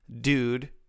dude